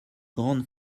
grande